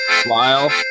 Smile